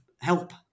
help